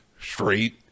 straight